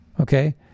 Okay